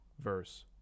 verse